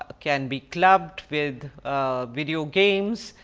ah can be clubbed with video games,